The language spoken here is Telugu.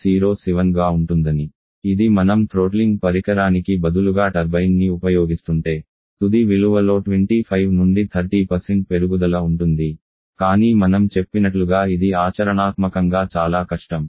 07గా ఉంటుందని ఇది మనం థ్రోట్లింగ్ పరికరానికి బదులుగా టర్బైన్ని ఉపయోగిస్తుంటే తుది విలువలో 25 నుండి 30 పెరుగుదల ఉంటుంది కానీ మనం చెప్పినట్లుగా ఇది ఆచరణాత్మకంగా చాలా కష్టం